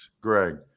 Greg